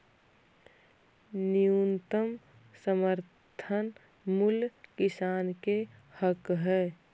न्यूनतम समर्थन मूल्य किसान के हक हइ